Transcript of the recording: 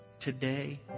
Today